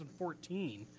2014